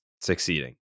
succeeding